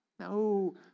No